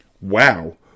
Wow